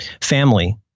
family